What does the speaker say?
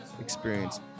Experience